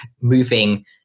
moving